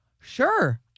sure